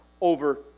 over